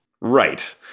Right